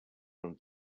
from